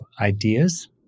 ideas